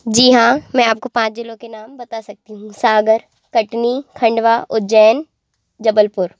जी हाँ मैं आपको पाँच जिलों के नाम बता सकती हूँ सागर कटनी खंडवा उजैन जबलपुर